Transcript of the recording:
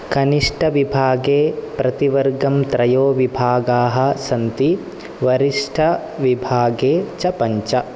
कनिष्ठविभागे प्रतिवर्गं त्रयो विभागाः सन्ति वरिष्ठविभागे च पञ्च